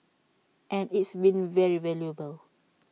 and it's been very valuable